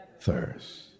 thirst